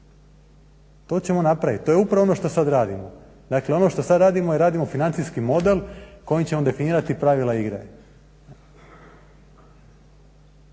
to ćemo napravit, to je upravo ono što sad radimo. Dakle, ono što sad radimo, je radimo financijski model kojim ćemo definirati pravila igre